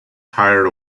hired